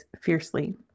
fiercely